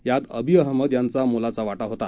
यात Abiy Ahmed यांचा मोलाचा वाटा होता